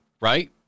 Right